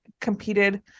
competed